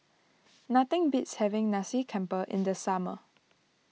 nothing beats having Nasi Campur in the summer